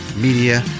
media